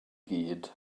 gyd